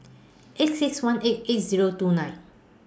eight six one eight eight Zero two nine